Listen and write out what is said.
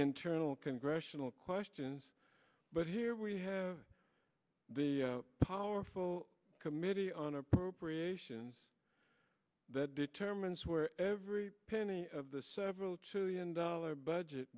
internal congressional questions but here we have the powerful committee on appropriations that determines where every penny of the several trillion dollar budget